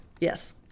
Yes